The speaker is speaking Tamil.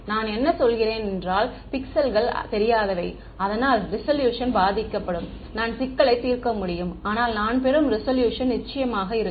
நான் என்ன சொல்கிறேன் என்றால் பிக்சல்கள் தெரியாதவை அதனால் ரிசொலுஷன் பாதிக்கப்படும் நான் சிக்கலை தீர்க்க முடியும் ஆனால் நான் பெறும் ரிசொலுஷன் நிச்சயமாக இருக்கும்